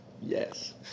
Yes